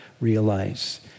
realize